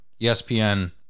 espn